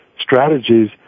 strategies